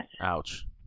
Ouch